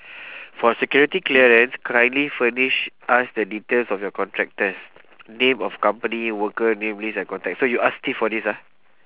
for security clearance kindly furnish us the details of your contractors name of company worker name list and contact so you ask steve for this ah